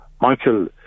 Michael